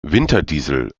winterdiesel